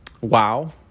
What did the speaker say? wow